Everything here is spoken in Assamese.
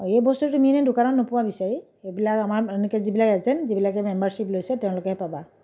অ' এই বস্তুটো তুমি এনেই দোকানত নোপোৱা বিচাৰি এইবিলাক আমাৰ এনেকৈ যিবিলাক এজেণ্ট যিবিলাকে মেম্বাৰশ্বীপ লৈছে তেওঁলোকেহে পাবা